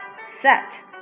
Set